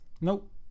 Nope